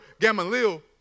Gamaliel